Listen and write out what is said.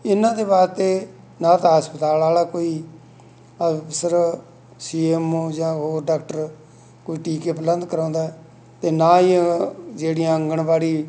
ਇਹਨਾਂ ਦੇ ਵਾਸਤੇ ਨਾ ਤਾ ਹਸਪਤਾਲ ਵਾਲਾ ਕੋਈ ਅਫਸਰ ਸੀ ਐਮ ਓ ਜਾਂ ਹੋਰ ਡਾਕਟਰ ਕੋਈ ਟੀਕੇ ਪ੍ਰਲੰਧ ਕਰਾਉਂਦਾ ਅਤੇ ਨਾ ਹੀ ਜਿਹੜੀਆਂ ਆਂਗਣਵਾੜੀ